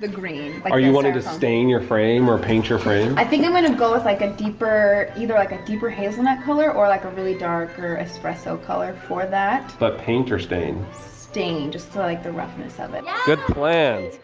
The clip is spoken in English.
the green. are you wanting to stain your frame or paint your frame? i think i'm gonna go with like a deeper either like a deeper hazelnut color or like a really dark or espresso color for that. but paint or stain? stain, just like the roughness of it. good plans.